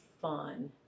fun